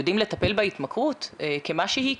יודעים לטפל בהתמכרות כמה שהיא,